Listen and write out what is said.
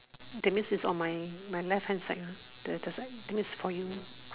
that means its on my my left hand side ah the that side that means for you